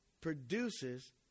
produces